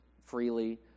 freely